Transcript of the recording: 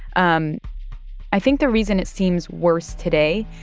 um i think the reason it seems worse today,